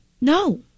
no